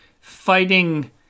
fighting